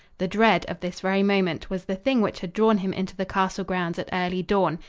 the dread of this very moment was the thing which had drawn him into the castle grounds at early dawn.